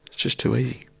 just too easy.